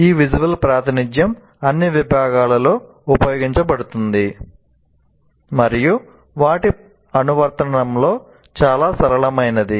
ఈ విసువల్ ప్రాతినిధ్యం అన్ని విభాగాలలో ఉపయోగించబడుతుంది మరియు వాటి అనువర్తనంలో చాలా సరళమైనది